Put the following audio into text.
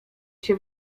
się